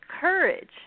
courage